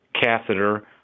catheter